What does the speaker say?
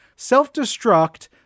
self-destruct